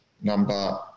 Number